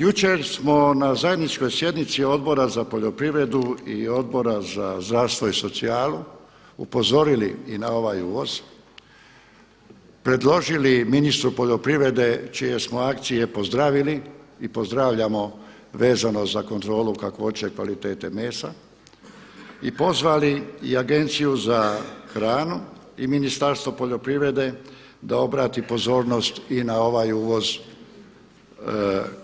Jučer smo na zajedničkoj sjednici Odbora za poljoprivredu i Odbora za zdravstvo i socijalu upozorili i na ovaj uvoz, predložili ministru poljoprivrede čije smo akcije pozdravili i pozdravljamo vezano za kontrolu kakvoće i kvalitete mesa i pozvali i Agenciju za hranu i Ministarstvo poljoprivreda da obrati pozornost i na ovaj uvoz